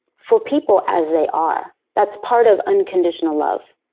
for people as they are. that's part of unconditional love.